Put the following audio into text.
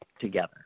together